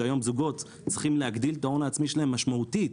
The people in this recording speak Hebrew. שהיום זוגות צעירים להגדיל את ההון העצמי שלהם משמעותית,